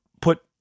put